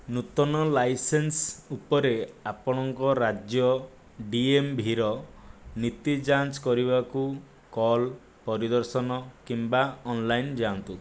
ନୂତନ ଲାଇସେନ୍ସ ଉପରେ ଆପଣଙ୍କ ରାଜ୍ୟ ଡ଼ିଏମ୍ଭିର ନୀତି ଯାଞ୍ଚ କରିବାକୁ କଲ୍ ପରିଦର୍ଶନ କିମ୍ବା ଅନଲାଇନ୍ ଯାଆନ୍ତୁ